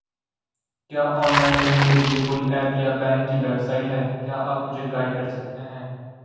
क्या ऑनलाइन ऋण के लिए कोई ऐप या बैंक की वेबसाइट है क्या आप मुझे गाइड कर सकते हैं?